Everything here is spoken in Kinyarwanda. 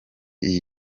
iyi